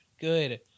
Good